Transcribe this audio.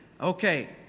Okay